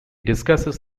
discusses